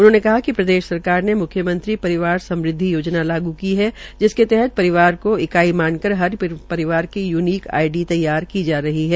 उन्होंने कहा कि प्रदेश सरकार ने म्ख्यमंत्री परिवार समृद्वि योजना लागू की है जिसके तहत परिवार को इकाई मानकर हर परिवार की यूनिक आई डी तैयार की जा रही है